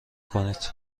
کنید